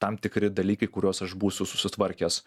tam tikri dalykai kuriuos aš būsiu susitvarkęs